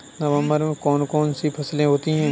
नवंबर में कौन कौन सी फसलें होती हैं?